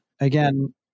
Again